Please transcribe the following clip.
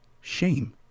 shame